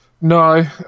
No